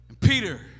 Peter